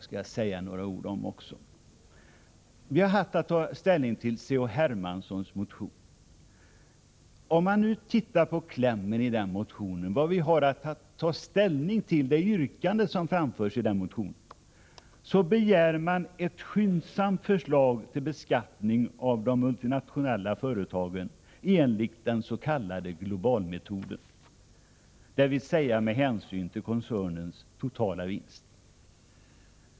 I yrkandet i Carl-Henrik Hermanssons m.fl. motion, som vi har att ta ställning till, begärs ett skyndsamt förslag till beskattning av multinationella företag enligt den s.k. globalmetoden, dvs. med hänsynstagande till koncernernas totala vinst.